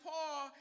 Paul